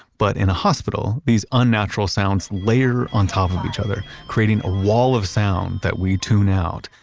but in a hospital, these unnatural sounds layer on top of each other creating a wall of sound that we tune out.